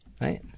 Right